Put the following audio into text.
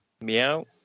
Meow